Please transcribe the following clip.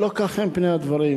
לא כך הם פני הדברים.